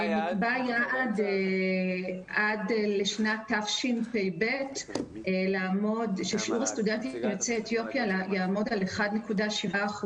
נקבע יעד שעד שנת תשפ"ב שיעור הסטודנטים יוצאי אתיופיה יעמוד על 1.7%,